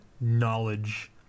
knowledge